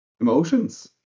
emotions